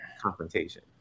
confrontation